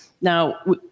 Now